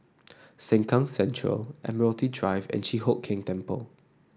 Sengkang Central Admiralty Drive and Chi Hock Keng Temple